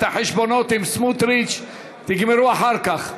את החשבונות עם סמוטריץ תגמרו אחר כך.